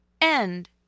End